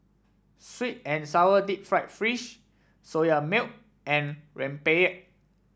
sweet and sour Deep Fried Fish Soya Milk and rempeyek